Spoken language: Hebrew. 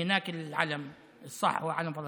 ששם הדגל הנכון הוא דגל פלסטין,)